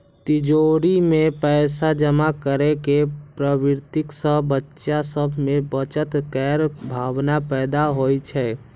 तिजौरी मे पैसा जमा करै के प्रवृत्ति सं बच्चा सभ मे बचत केर भावना पैदा होइ छै